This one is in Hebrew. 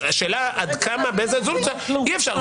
השאלה עד כמה, באיזה איזון, בלתי אפשרית.